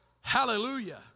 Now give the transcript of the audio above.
Hallelujah